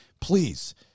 please